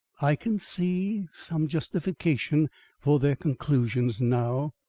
i can see some justification for their conclusions now.